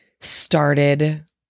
started